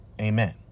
Amen